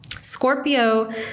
Scorpio